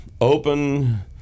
open